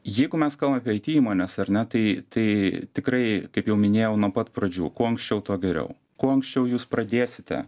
jeigu mes kalbam apie it įmones ar ne tai tai tikrai kaip jau minėjau nuo pat pradžių kuo anksčiau tuo geriau kuo anksčiau jūs pradėsite